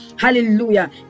hallelujah